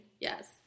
Yes